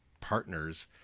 partners